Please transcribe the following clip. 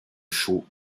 chaux